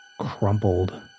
crumpled